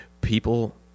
People